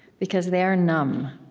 because they are numb.